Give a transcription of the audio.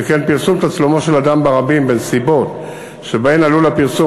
שכן פרסום תצלומו של אדם ברבים בנסיבות שבהן עלול הפרסום